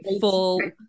full